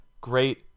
Great